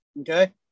Okay